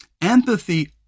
empathy